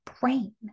brain